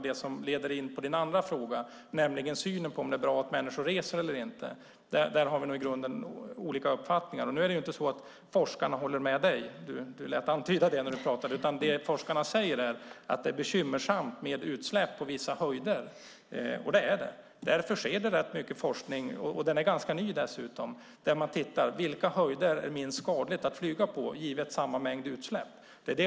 Det leder in på din andra fråga, nämligen synen på om det är bra att människor reser eller inte. Där har vi nog i grunden olika uppfattningar. Forskarna håller inte med Annika Lillemets, vilket hon lät antyda, utan de säger att det är bekymmersamt med utsläpp på vissa höjder. Det är sant, och därför bedrivs det rätt mycket forskning - och den är ganska ny - om vilka höjder det är minst skadligt att flyga på givet samma mängd utsläpp.